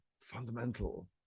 fundamental